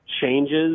changes